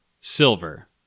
Silver